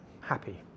happy